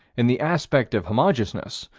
in the aspect of homogeneousness,